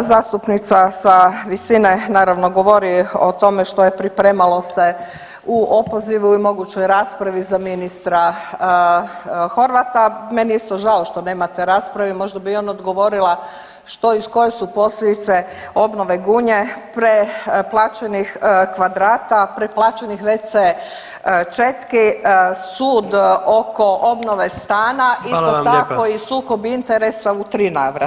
zastupnica sa visine naravno govori o tome što je pripremalo se u opozivu i mogućoj raspravi za ministra Horvata, meni je isto žao što nema te rasprave i možda bi ona odgovorila što i koje su posljedice obnove Gunje, preplaćenih kvadrata, preplaćenih wc četki, sud oko obnove stana isto tako [[Upadica: Hvala vam lijepa.]] i sukob interesa u 3 navrata.